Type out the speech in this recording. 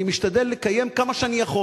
אני משתדל לקיים כמה שאני יכול.